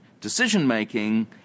decision-making